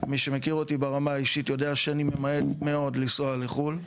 מי שמכיר אותי ברמה האישית יודע שאני ממעט מאוד לנסוע לחו"ל,